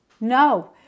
No